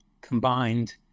combined